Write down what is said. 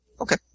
Okay